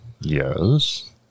Yes